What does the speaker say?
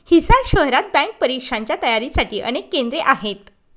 हिसार शहरात बँक परीक्षांच्या तयारीसाठी अनेक केंद्रे आहेत